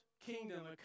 kingdom